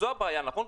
זו הבעיה, נכון?